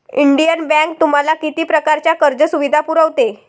Indian bank तुम्हाला किती प्रकारच्या कर्ज सुविधा पुरवते?